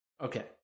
Okay